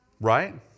Right